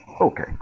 Okay